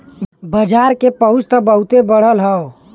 बाजार के पहुंच त बहुते बढ़ल हौ